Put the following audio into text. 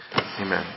Amen